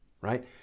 right